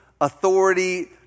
authority